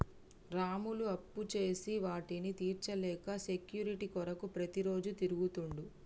రాములు అప్పుచేసి వాటిని తీర్చలేక సెక్యూరిటీ కొరకు ప్రతిరోజు తిరుగుతుండు